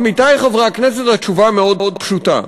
עמיתי חברי הכנסת, התשובה מאוד פשוטה.